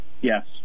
Yes